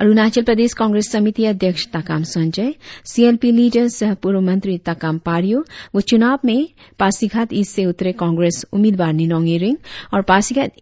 अरुणाचल प्रदेश कांग्रेस समिति अध्यक्ष Takam Sanjoy C L P leader सह पूर्व मंत्री ताकाम पारियो व चुनाव में पासीघाट ईस्ट से उतरे कांग्रेस उम्मीदवार निनोंग इरिंग और पासीघाट